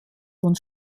und